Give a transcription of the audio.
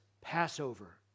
Passover